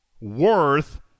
worth